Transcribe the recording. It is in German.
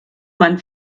man